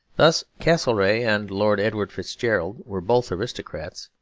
thus, castlereagh and lord edward fitzgerald were both aristocrats.